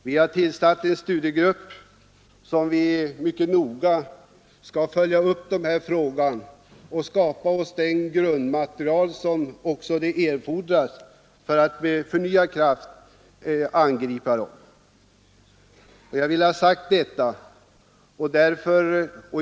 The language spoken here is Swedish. Vi har tillsatt en studiegrupp, som mycket noga skall följa upp denna fråga och skapa det grundmaterial som erfordras för att angripa den med förnyad kraft.